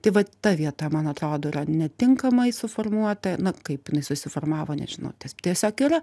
tai vat ta vieta man atrodo yra netinkamai suformuota na kaip jinai susiformavo nežinau ties tiesiog yra